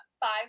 five